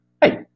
hey